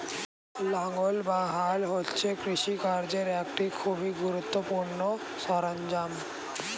লাঙ্গল বা হাল হচ্ছে কৃষিকার্যের একটি খুবই গুরুত্বপূর্ণ সরঞ্জাম